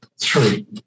three